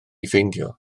ffeindio